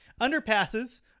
underpasses